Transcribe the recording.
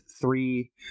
three